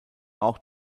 auch